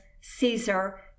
Caesar